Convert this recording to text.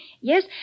Yes